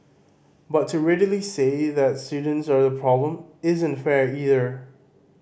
but to readily say that students are the problem isn't fair either